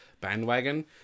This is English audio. bandwagon